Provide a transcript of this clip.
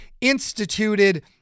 instituted